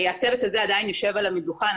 הצוות הזה עדיין יושב על המדוכה.